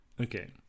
Okay